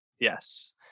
yes